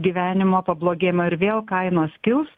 gyvenimo pablogėjimą ir vėl kainos kils